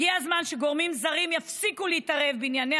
הגיע הזמן שגורמים זרים יפסיקו להתערב בענייניה